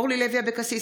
אורלי לוי אבקסיס,